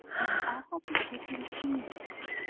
and all because he was envious.